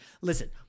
Listen